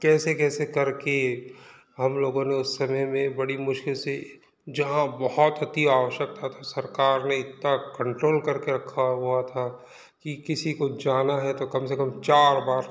कैसे कैसे करके हम लोगों ने उस समय में बड़ी मुश्किल से जहाँ बहुत अति आवश्यकता सरकार ने इतता कंट्रोल करके रखा हुआ था कि किसी को जाना है तो कम से कम चार बार